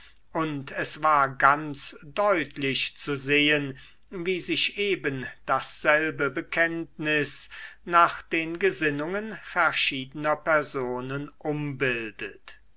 und es war ganz deutlich zu sehen wie sich eben dasselbe bekenntnis nach den gesinnungen verschiedener personen